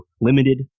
limited